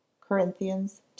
Corinthians